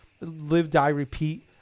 live-die-repeat